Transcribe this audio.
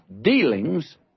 dealings